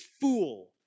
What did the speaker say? fool